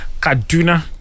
Kaduna